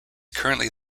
currently